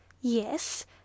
Yes